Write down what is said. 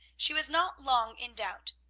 she was not long in doubt.